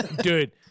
Dude